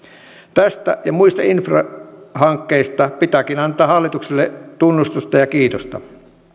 tästä ja muista infrahankkeista pitääkin antaa hallitukselle tunnustusta ja kiitosta